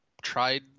tried